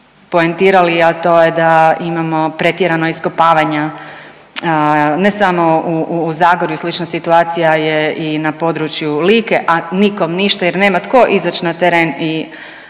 poentirali, a to je da imamo pretjerana iskopavanja ne samo u Zagorju i slična situacija je i na području Like, a nikom ništa jer nema tko izać na teren i